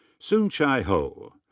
susan chye ho.